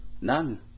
None